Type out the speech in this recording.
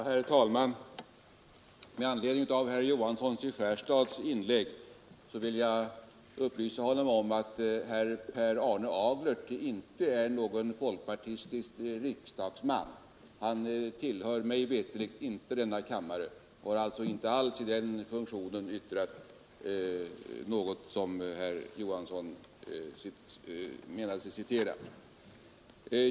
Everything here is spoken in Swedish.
Herr talman! Med anledning av herr Johanssons i Skärstad inlägg vill jag upplysa honom om att herr Per Arne Aglert inte är någon folkpartistisk riksdagsman. Han tillhör mig veterligt inte denna kammare och har alltså inte alls som riksdagsman yttrat något som herr Johansson menar sig citera.